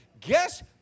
Guess